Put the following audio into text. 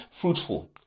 fruitful